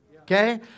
okay